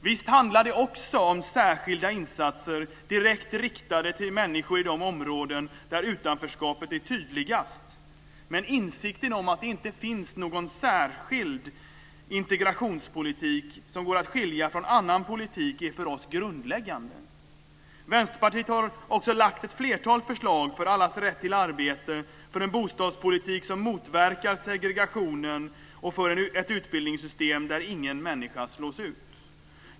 Visst handlar det också om särskilda insatser direkt riktade till människor i de områden där utanförskapet är tydligast, men insikten om att det inte finns någon särskild integrationspolitik som går att skilja från annan politik är för oss grundläggande. Vänsterpartiet har också lagt ett flertal förslag för allas rätt till arbete, för en bostadspolitik som motverkar segregationen och för ett utbildningssystem där ingen människa slås ut.